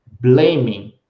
blaming